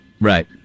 right